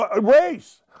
Race